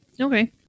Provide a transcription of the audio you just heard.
Okay